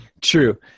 true